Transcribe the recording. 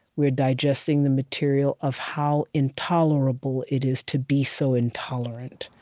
we're digesting the material of how intolerable it is to be so intolerant.